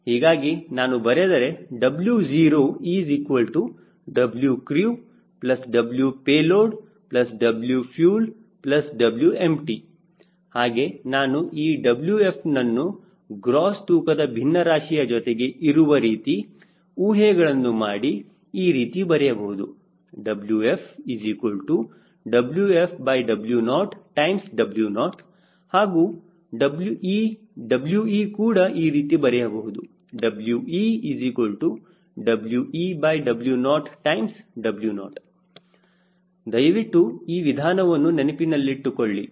ಹೀಗಾಗಿ ನಾನು ಬರೆದರೆ 𝑊0 𝑊crew 𝑊paySoad 𝑊fueS 𝑊enpty ಹಾಗೆ ನಾನು ಈ Wfನನ್ನು ಗ್ರೋಸ್ ತೂಕದ ಬಿನ್ನರಾಶಿಯ ಜೊತೆಗೆ ಇರುವ ರೀತಿ ಊಹೆಗಳನ್ನು ಮಾಡಿ ಈ ರೀತಿ ಬರೆಯುವುದು WfWfW0W0 ಹಾಗೂ ಈ We ಕೂಡ ಈ ರೀತಿ ಬರೆಯಬಹುದು WeWeW0W0 ದಯವಿಟ್ಟು ಈ ವಿಧಾನವನ್ನು ನೆನಪಿನಲ್ಲಿಟ್ಟುಕೊಳ್ಳಿ